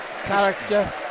character